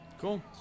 Cool